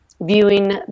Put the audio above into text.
viewing